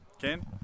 Ken